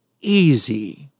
easy